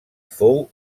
fou